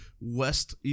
west